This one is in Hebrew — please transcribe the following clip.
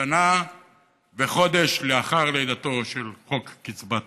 שנה וחודש לאחר לידתו של חוק קצבת הנכות.